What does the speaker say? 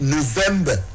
November